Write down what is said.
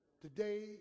today